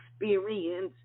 experience